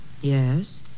Yes